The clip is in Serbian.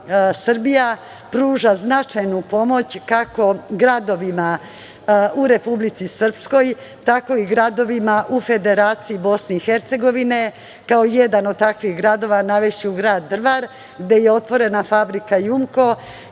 Srbija pruža značajnu pomoć kako gradovima u Republici Srpskoj, tako i gradovima u Federaciji BiH. Kao jedan od takvih gradova navešću grad Drvar, gde je otvorena fabrika "Jumko",